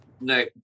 no